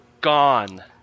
Gone